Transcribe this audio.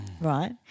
right